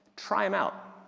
try them out,